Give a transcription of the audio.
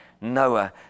Noah